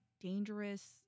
dangerous